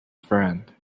friend